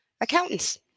accountants